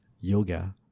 yoga